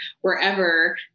wherever